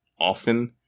often